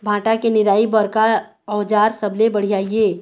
भांटा के निराई बर का औजार सबले बढ़िया ये?